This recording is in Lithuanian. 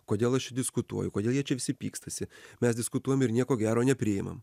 kodėl aš čia diskutuoju kodėl jie čia visi pykstasi mes diskutuojam ir nieko gero nepriimam